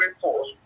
force